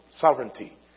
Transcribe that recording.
sovereignty